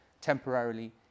temporarily